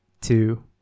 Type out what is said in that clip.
two